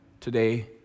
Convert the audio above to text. today